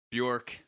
Bjork